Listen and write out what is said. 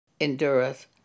endureth